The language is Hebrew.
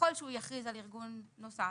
ככל שהוא יכריז על ארגון נוסף,